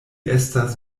estas